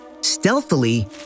Stealthily